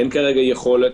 אין כרגע יכולת.